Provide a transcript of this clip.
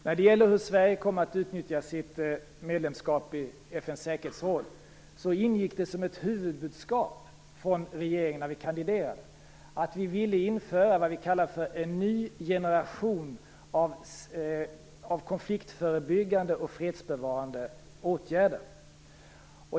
Herr talman! När Sverige kandiderade till FN:s säkerhetsråd ingick det som ett huvudbudskap från regeringen att vi ville införa vad vi kallar en ny generation av konfliktförebyggande och fredsbevarande åtgärder.